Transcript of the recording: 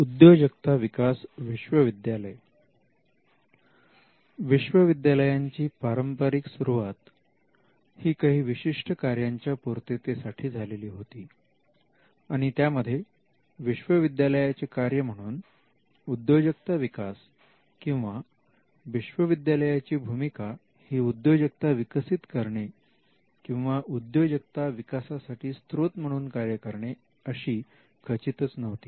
उद्योजकता विकास विश्वविद्यालय विश्वविद्यालयाची पारंपारिक सुरुवात ही काही विशिष्ट कार्याच्या पूर्ततेसाठी झालेली होती आणि त्यामध्ये विश्वविद्यालयाचे कार्य म्हणून उद्योजकता विकास किंवा विश्वविद्यालयाची भूमिका ही उद्योजकता विकसित करणे किंवा उद्योजकता विकासासाठी स्त्रोत म्हणून कार्य करणे अशी खचितच नव्हती